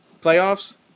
playoffs